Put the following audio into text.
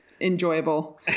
enjoyable